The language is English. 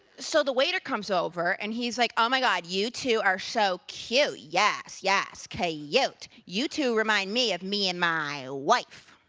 so the waiter comes over. and he's like, oh, my god, you two are so cute. yes, yes! ka-ute. you two remind me of me and my wife.